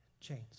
chains